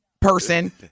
person